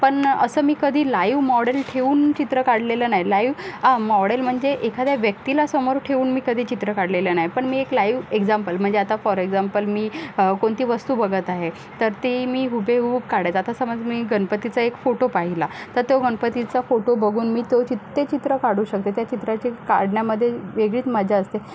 पण असं मी कधी असं लाईव मॉडेल ठेवून चित्र काढलेलं नाही लाईव मॉडेल म्हणजे एखाद्या व्यक्तीला समोर ठेवून मी कधी चित्र काढलेलं नाही पण मी एक लाईव एक्जाम्पल म्हणजे आता फॉर एक्जाम्पल मी कोणती वस्तू बघत आहे तर ती मी हुबेहूब काढायचं आता समज मी गणपतीचा एक फोटो पाहिला तर तो गणपतीचा फोटो बघून मी तो चित् ते चित्र काढू शकते त्या चित्राची काढण्यामध्ये वेगळीच मजा असते